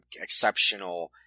exceptional